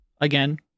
Again